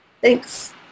Thanks